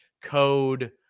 code